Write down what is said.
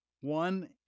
One